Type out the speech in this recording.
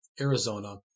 Arizona